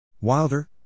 Wilder